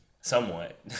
somewhat